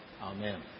Amen